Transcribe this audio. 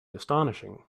astonishing